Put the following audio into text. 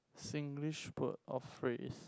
Singlish word or phrase